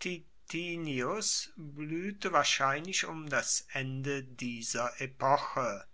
titinius bluehte wahrscheinlich um das ende dieser epoche